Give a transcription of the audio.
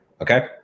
okay